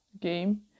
game